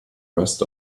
rest